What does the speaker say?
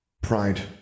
Pride